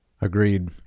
Agreed